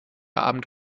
abend